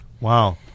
Wow